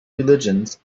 religions